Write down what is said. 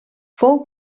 fou